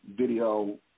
video